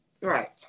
Right